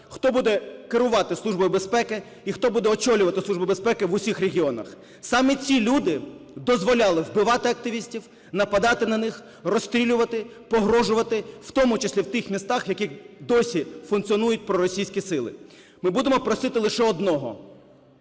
хто буде керувати Службою безпеки і хто буде очолювати Службу безпеки у всіх регіонах. Саме ті люди дозволяли вбивати активістів, нападати на них, розстрілювати, погрожувати, в тому числі в тих містах, в яких досі функціонують проросійські сили. Ми будемо просити лише одного: